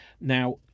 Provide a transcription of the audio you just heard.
now